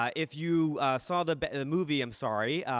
ah if you saw the but and the movie, i'm sorry.